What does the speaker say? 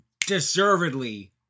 deservedly